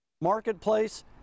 marketplace